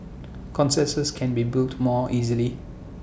consensus can be built more easily